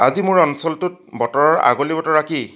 আজি মোৰ অঞ্চলটোত বতৰৰ আগলি বতৰা কি